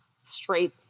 straight